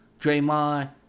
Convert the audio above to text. Draymond